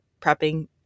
prepping